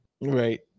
right